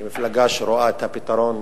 מפלגה שרואה את הפתרון